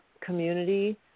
community